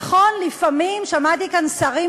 נכון, לפעמים שמעתי כאן שרים